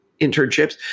internships